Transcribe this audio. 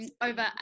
over